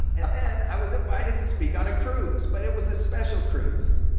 and then i was invited to speak on a cruise. but it was a special cruise.